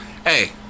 Hey